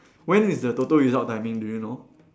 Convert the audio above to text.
when is the Toto result timing do you know